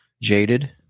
jaded